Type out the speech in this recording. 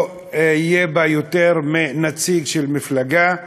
לא יהיה בה יותר מנציג של מפלגה,